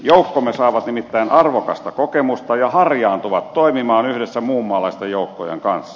joukkomme saavat nimittäin arvokasta kokemusta ja harjaantuvat toimimaan yhdessä muunmaalaisten joukkojen kanssa